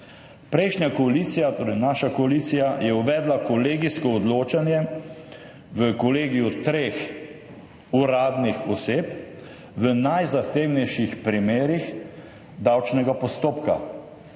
Prejšnja koalicija, torej naša koalicija je uvedla kolegijsko odločanje v kolegiju treh uradnih oseb v najzahtevnejših primerih davčnega postopka.